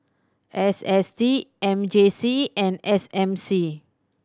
S S T M J C and S M C